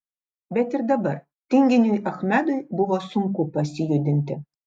bet ir dabar tinginiui achmedui buvo sunku pasijudinti